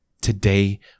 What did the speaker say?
Today